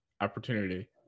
opportunity